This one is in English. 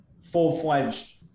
full-fledged